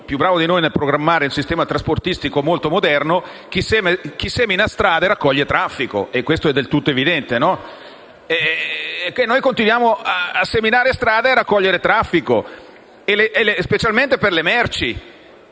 più bravo di noi nel programmare un sistema trasportistico molto moderno «chi semina strade raccoglie traffico». Questo è del tutto evidente: noi continuiamo a seminare strade e a raccogliere traffico, specialmente per le merci